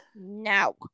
No